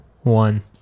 one